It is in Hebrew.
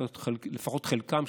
לפחות חלקן,